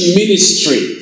ministry